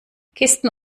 kisten